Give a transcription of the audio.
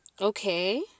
okay